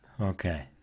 okay